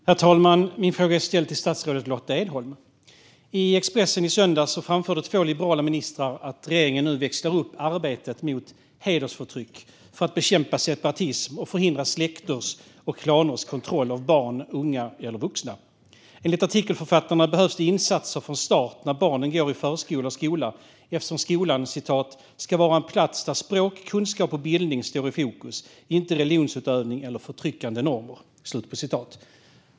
Herr talman! Jag ställer min fråga till statsrådet Lotta Edholm. I Expressen i söndags framförde två liberala ministrar att regeringen nu växlar upp arbetet mot hedersförtryck för att bekämpa separatism och förhindra släkters och klaners kontroll av barn, unga och vuxna. Enligt artikelförfattarna behövs det insatser från start när barnen går i förskola och skola, eftersom "skolan ska vara en plats där språk, kunskap och bildning står i fokus, inte religionsutövning eller förtryckande normer".